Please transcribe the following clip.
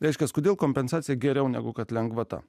reiškiasi kodėl kompensacija geriau negu kad lengvata